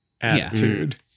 attitude